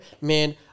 Man